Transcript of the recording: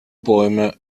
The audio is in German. bäume